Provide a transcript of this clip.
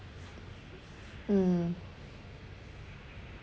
mm